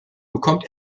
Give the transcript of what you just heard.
bekommt